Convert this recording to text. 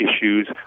issues